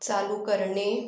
चालू करणे